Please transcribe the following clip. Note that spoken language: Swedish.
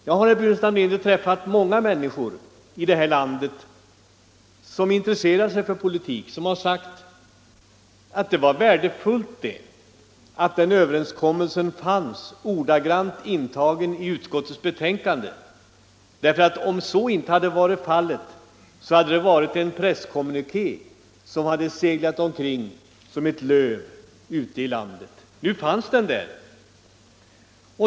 Jag har, herr Burenstam Linder, träffat många människor i detta land som intresserar sig för politik och som har sagt att det var värdefullt att överenskommelsen fanns ordagrant intagen i utskottets betänkande, därför att om så inte hade varit fallet, hade det rört sig om en presskommuniké som hade seglat omkring som ett löv ute i landet. Nu fanns den där.